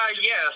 Yes